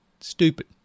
stupid